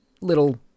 little